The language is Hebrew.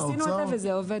אנחנו עשינו את זה וזה עובד.